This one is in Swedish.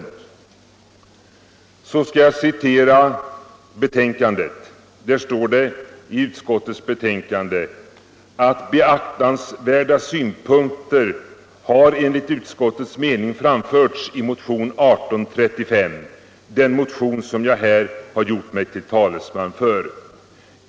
Härefter skall jag citera något ur utskottets betänkande, där det på s. 15 står: ”Beaktansvärda synpunkter har enligt utskottets mening framförts i motionen 1975:1835.” Det är alltså den motion som jag här har gjort mig till tolk för.